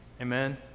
Amen